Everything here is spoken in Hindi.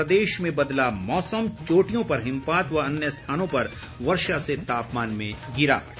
प्रदेश में बदला मौसम का मिजाज चोटियों पर हिमपात व अन्य स्थानों पर वर्षा से तापमान में गिरावट